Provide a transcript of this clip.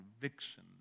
conviction